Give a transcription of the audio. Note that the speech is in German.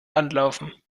anlaufen